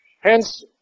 Hence